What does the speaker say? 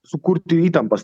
sukurti įtampas